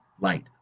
light